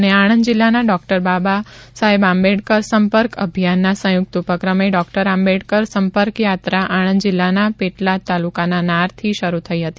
ખેડા આણંદ જિલ્લાના ડોક્ટર આંબેડકર સંપર્ક અભિયાનના સંયૂક્ત ઉપક્રમે ડોક્ટર આંબેડકર સંપર્ક યાત્રા આણંદ જિલ્લાના પેટલાદ તાલુકાના નારથી શરૂ થઈ હતી